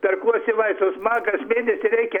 perkuosi vaistus man kas mėnesį reikia